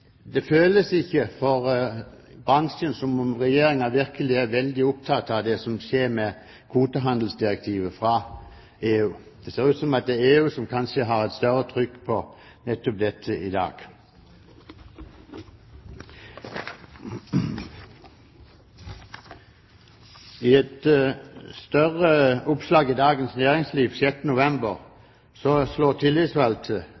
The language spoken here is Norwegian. ikke at Regjeringen virkelig er veldig opptatt av det som skjer med kvotehandelsdirektivet fra EU. Det ser ut som at det er EU som kanskje har et større trykk på nettopp dette i dag. I et større oppslag i Dagens